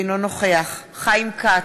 אינו נוכח חיים כץ,